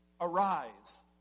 arise